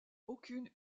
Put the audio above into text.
aucune